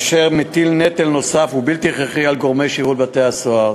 אשר מטיל נטל נוסף ובלתי הכרחי על גורמי שירות בתי-הסוהר.